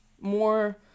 more